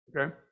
Okay